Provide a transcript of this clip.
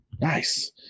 Nice